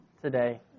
today